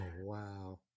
wow